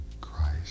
Christ